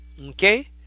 okay